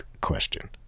question